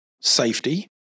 safety